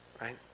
right